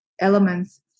elements